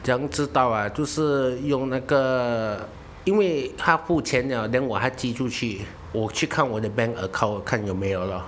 怎样知道啊就是用那个因为他付钱了 then 我才寄出去我去看我的 bank account 看有没有咯